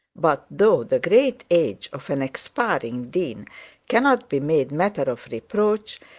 but though the great age of an expiring dean cannot be made matter of reproach,